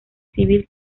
civil